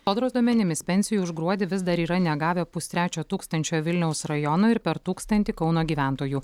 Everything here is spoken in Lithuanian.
sodros duomenimis pensijų už gruodį vis dar yra negavę pustrečio tūkstančio vilniaus rajono ir per tūkstantį kauno gyventojų